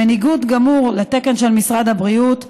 בניגוד גמור לתקן של משרד הבריאות,